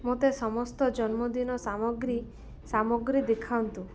ମୋତେ ସମସ୍ତ ଜନ୍ମଦିନ ସାମଗ୍ରୀ ସାମଗ୍ରୀ ଦେଖାନ୍ତୁ